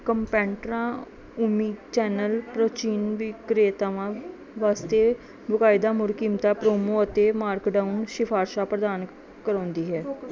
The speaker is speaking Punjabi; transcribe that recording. ਕੰਪੈਂਟਰਾ ਓਮਨੀਚੈਨਲ ਪ੍ਰਚੀਨ ਵਿਕਰੇਤਾਵਾਂ ਵਾਸਤੇ ਬਕਾਇਦਾ ਮੁੜ ਕੀਮਤਾਂ ਪ੍ਰੋਮੋ ਅਤੇ ਮਾਰਕ ਡਾਊਨ ਸਿਫਾਰਸ਼ਾਂ ਪ੍ਰਧਾਨ ਕਰਾਉਂਦੀ ਹੈ